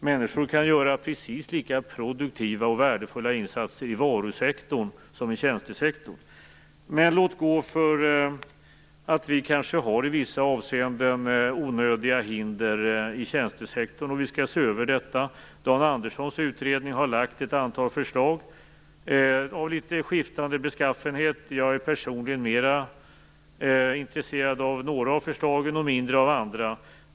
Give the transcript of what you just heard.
Människor kan göra precis lika produktiva och värdefulla insatser i varusektorn som i tjänstesektorn. Men låt gå för att vi kanske i vissa avseenden har onödiga hinder i tjänstesektorn. Vi skall se över detta. Dan Anderssons utredning har lagt fram ett antal förslag av litet skiftande beskaffenhet; jag är personligen mera intresserad av några av förslagen och mindre av andra.